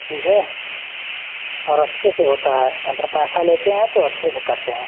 ठीक है हर हफ्ते पर होता है अगर पैसा लेते हैं तो अच्छे से करते हैं